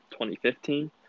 2015